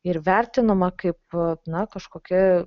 ir vertinama kaip na kažkokia